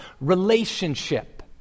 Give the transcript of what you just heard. relationship